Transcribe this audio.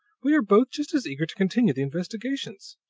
we are both just as eager to continue the investigations.